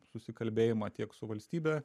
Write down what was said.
susikalbėjimą tiek su valstybe